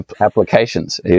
applications